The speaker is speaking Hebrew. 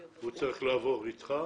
הוא צריך לעבור איתך.